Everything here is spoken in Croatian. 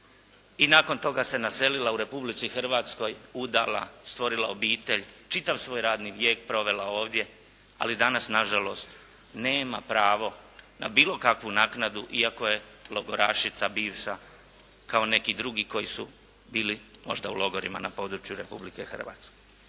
i nakon toga se naselila u Republici Hrvatskoj, udala, stvorila obitelj, čitav svoj radni vijek provela ovdje ali danas nažalost nema pravo na bilo kakvu naknadu iako je logorašica bivša kao neki drugi koji su bili možda u logorima na području Republike Hrvatske.